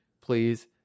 please